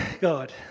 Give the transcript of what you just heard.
God